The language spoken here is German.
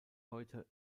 heute